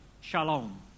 Shalom